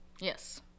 Yes